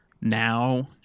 now